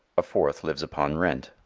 a fourth lives upon rent,